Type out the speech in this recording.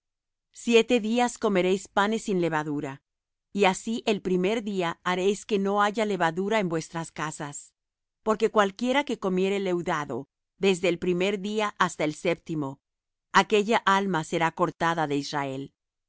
siete días comeréis panes sin levadura y así el primer día haréis que no haya levadura en vuestras casas porque cualquiera que comiere leudado desde el primer día hasta el séptimo aquella alma será cortada de israel el